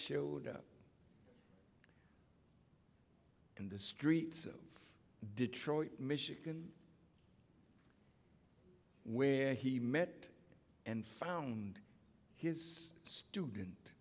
showed up in the streets of detroit michigan where he met and found his student